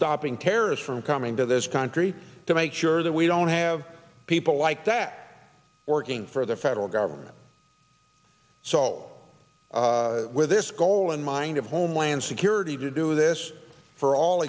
stopping terrorists from coming to this country to make sure that we don't have people like that working for the federal government so all with this goal in mind of homeland security to do this for all